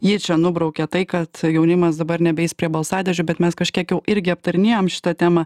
jie čia nubraukė tai kad jaunimas dabar nebeis prie balsadėžių bet mes kažkiek jau irgi aptarinėjom šitą temą